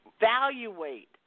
evaluate